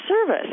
service